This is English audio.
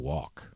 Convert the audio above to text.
Walk